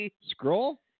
Scroll